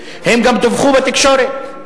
הם גם דווחו בתקשורת.